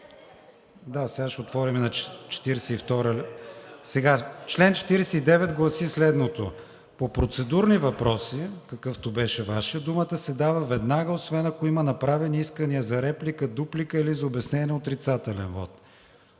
ще отворим на... член 49 гласи следното: По процедурни въпроси, какъвто беше Вашият, думата се дава веднага, освен, ако има направени искания за реплика, дуплика или за обяснение на отрицателен